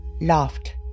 laughed